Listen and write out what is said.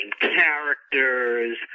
characters